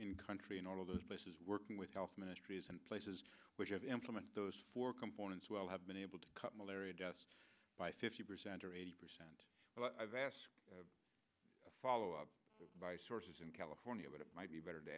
in country in all of those places working with health ministries in places which have implemented those four components well have been able to cut malaria deaths by fifty percent or eighty percent so i've asked a follow up by sources in california but it might be better to